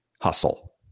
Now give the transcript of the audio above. hustle